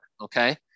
Okay